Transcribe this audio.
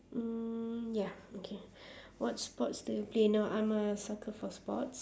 mm ya okay what sports do you play now I'm a sucker for sports